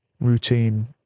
routine